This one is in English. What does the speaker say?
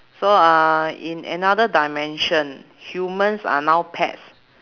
so uh in another dimension humans are now pets